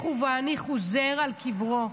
לכו והניחו זר על קברו.